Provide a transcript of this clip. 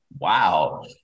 Wow